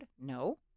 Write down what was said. No